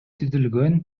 түзүлгөн